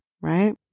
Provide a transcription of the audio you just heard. right